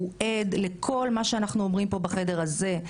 הוא עד לכל מה שאנחנו אומרים פה בחדר הזה.